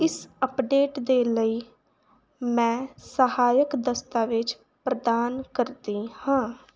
ਇਸ ਅਪਡੇਟ ਦੇ ਲਈ ਮੈਂ ਸਹਾਇਕ ਦਸਤਾਵੇਜ਼ ਪ੍ਰਦਾਨ ਕਰਦੀ ਹਾਂ